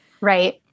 Right